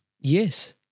Yes